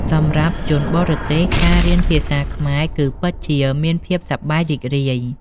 សម្រាប់ជនបរទេស ការរៀនភាសាខ្មែរគឺពិតជាមានភាពសប្បាយរីករាយ។